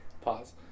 Pause